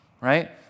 right